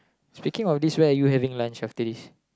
speaking of this right you having lunch after this